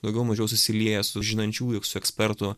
daugiau mažiau susilieja su žinančiųjų su ekspertų